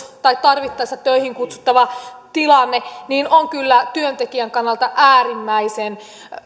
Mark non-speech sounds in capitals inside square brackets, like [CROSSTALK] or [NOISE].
[UNINTELLIGIBLE] tai tarvittaessa töihin kutsuttavan tilanne on kyllä työntekijän kannalta äärimmäisen